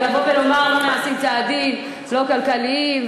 כי לבוא ולומר: נעשים צעדים לא כלכליים,